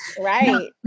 Right